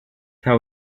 how